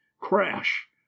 crash